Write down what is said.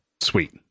Sweet